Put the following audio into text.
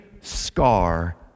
scar